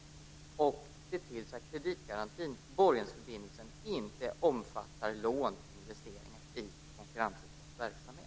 Kan kulturministern också se till så att kreditgarantin, borgensförbindelsen, inte omfattar lån till och investeringar i konkurrensutsatt verksamhet?